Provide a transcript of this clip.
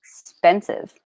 expensive